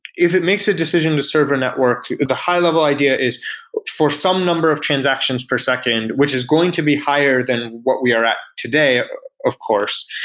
if it makes a decision to serve a network, the high-level idea is for some number of transactions per second, which is going to be higher than what we are at today of course,